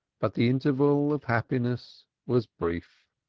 but the interval of happiness was brief.